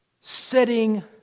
setting